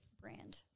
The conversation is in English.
brand